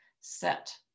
Set